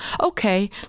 Okay